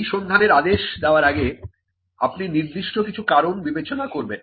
এই সন্ধানের আদেশ দেবার আগে আপনি নির্দিষ্ট কিছু কারণ বিবেচনা করবেন